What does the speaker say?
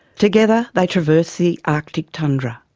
together, they traverse the arctic tundra,